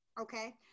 Okay